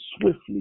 swiftly